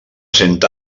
cent